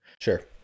Sure